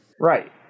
Right